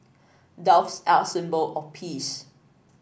doves are a symbol of peace